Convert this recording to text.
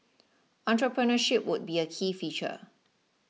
entrepreneurship would be a key feature